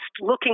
looking